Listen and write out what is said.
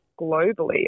globally